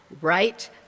right